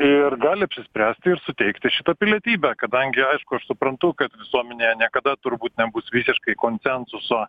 ir gali apsispręsti ir suteikti šitą pilietybę kadangi aišku aš suprantu kad visuomenėje niekada turbūt nebus visiškai konsensuso